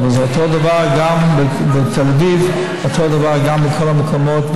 אבל זה אותו דבר גם בתל אביב ואותו דבר גם בכל המקומות.